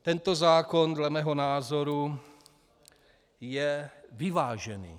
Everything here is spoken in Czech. Tento zákon dle mého názoru je vyvážený.